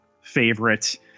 favorite